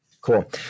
Cool